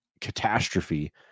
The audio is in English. catastrophe